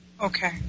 Okay